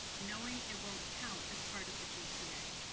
knowing it won't count as part of the gpa.